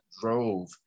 drove